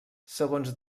segons